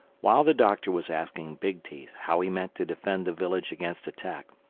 while the doctor was asking big teeth how he meant to defend the village against attack,